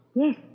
Yes